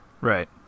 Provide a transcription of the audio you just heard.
Right